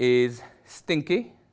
is stinky